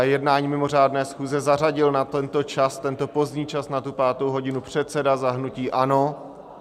Jednání mimořádné schůze zařadil na tento pozdní čas, na pátou hodinu, předseda za hnutí ANO.